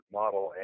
model